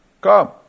come